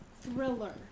Thriller